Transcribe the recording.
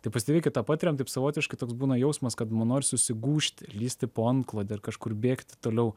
tai pastebėkit tą patiriam taip savotiškai toks būna jausmas kad man noris susigūžti lįsti po antklode ir kažkur bėgti toliau